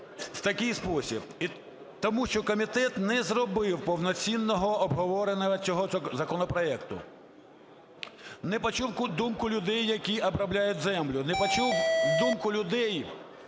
в такий спосіб, тому що комітет не зробив повноцінного обговорення цього законопроекту, не почув думку людей, які обробляють землю, не почув думку людей,